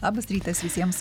labas rytas visiems